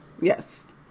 Yes